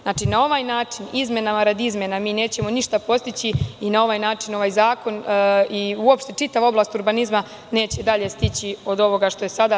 Znači, na ovaj način, izmenama radi izmena, mi nećemo ništa postići i na ovaj način ovaj zakoni uopšte čitava oblast urbanizma neće dalje stići od ovoga što je sada.